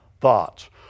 thoughts